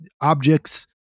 objects